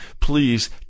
please